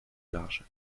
large